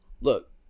look